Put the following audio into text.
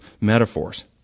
metaphors